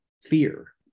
fear